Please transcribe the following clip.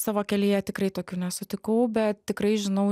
savo kelyje tikrai tokių nesutikau bet tikrai žinau